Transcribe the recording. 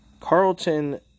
Carlton